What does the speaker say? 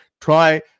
try